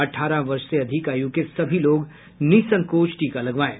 अठारह वर्ष से अधिक आयु के सभी लोग निःसंकोच टीका लगवाएं